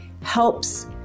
helps